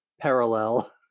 parallel